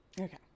Okay